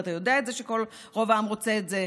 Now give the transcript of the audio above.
ואתה יודע את זה שרוב העם רוצה את זה,